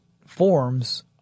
forms